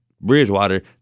Bridgewater –